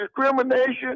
discrimination